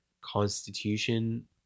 constitution